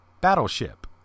Battleship